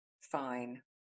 Fine